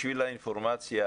בשביל האינפורמציה,